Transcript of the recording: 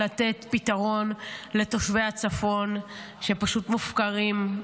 לתת פתרון לתושבי הצפון שפשוט מופקרים.